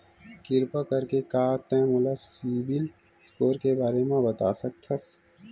किरपा करके का तै मोला सीबिल स्कोर के बारे माँ बता सकथस?